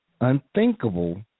unthinkable